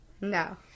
No